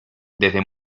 desde